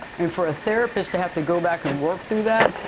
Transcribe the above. and for a therapist to have to go back and work through that,